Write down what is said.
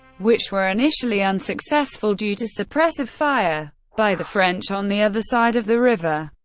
which were initially unsuccessful due to suppressive fire by the french on the other side of the river.